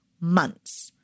months